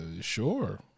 sure